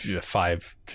five